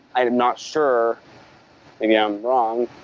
i am not sure maybe i'm wrong.